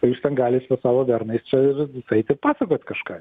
o jūs ten galit su savo vernais čia vis eit ir pasakot kažką